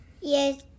Yes